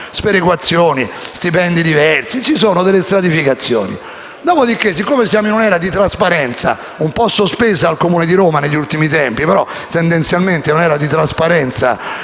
Sperequazioni, stipendi diversi: ci sono delle stratificazioni. Dopo di che, siccome viviamo in un'epoca di trasparenza (un po' sospesa al Comune di Roma negli ultimi tempi, ma tendenzialmente viviamo in un'era di trasparenza),